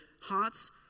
hearts